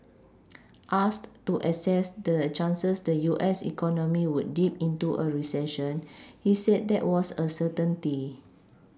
asked to assess the chances the U S economy would dip into a recession he said that was a certainty